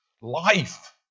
life